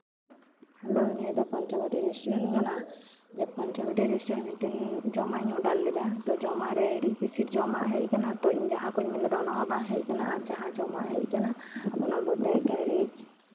hello ᱱᱤᱭᱟᱹ ᱫᱚ Panchabati restaurant ᱠᱟᱱᱟ ᱯᱚᱧᱪᱚᱵᱚᱴᱤ ᱨᱮᱥᱴᱩᱨᱮᱱᱴ ᱢᱤᱫᱴᱟᱱ ᱡᱚᱢᱟᱜ ᱤᱧ ᱚᱰᱟᱨ ᱞᱮᱫᱟ ᱚᱱᱟᱨᱮ ᱡᱚᱢᱟᱜ ᱨᱮ ᱦᱤᱨᱤᱡ ᱯᱟᱥᱤᱨ ᱡᱚᱢᱟᱜ ᱦᱮᱡ ᱠᱟᱱᱟ ᱤᱧ ᱡᱟᱸᱦᱟ ᱠᱚᱧ ᱢᱮᱱ ᱞᱮᱫᱟ ᱚᱱᱟ ᱠᱚ ᱵᱟᱝ ᱦᱮᱡ ᱠᱟᱱᱟ ᱟᱨ ᱡᱟᱸᱦᱟ ᱡᱚᱢ ᱦᱮᱡ ᱠᱟᱱᱟ ᱚᱱᱟ ᱢᱚᱫᱽᱫᱷᱮ ᱮᱠᱮᱱ ᱨᱤᱪ